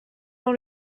dans